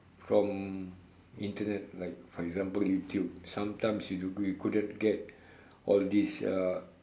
from Internet like for example YouTube sometimes you do you couldn't get all this uh